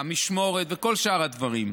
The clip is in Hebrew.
המשמורת וכל שאר הדברים.